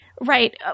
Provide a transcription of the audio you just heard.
right